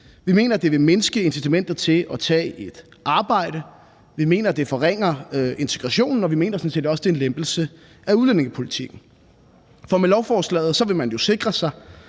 vi mener, det vil mindske incitamentet til at tage et arbejde. Vi mener, det forringer integrationen, og vi mener sådan set også, at det er en lempelse af udlændingepolitikken. For med lovforslaget vil man sikre sig,